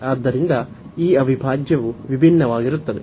ಆದ್ದರಿಂದ ಈ ಅವಿಭಾಜ್ಯವು ವಿಭಿನ್ನವಾಗಿರುತ್ತದೆ